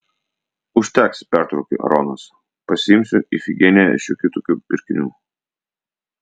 užteks pertraukė ronas pasiimsiu ifigeniją šiokių tokių pirkinių